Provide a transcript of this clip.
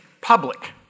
public